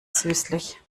süßlich